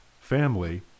family